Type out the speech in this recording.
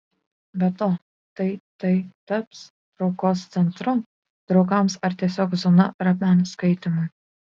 be to tai tai taps traukos centru draugams ar tiesiog zona ramiam skaitymui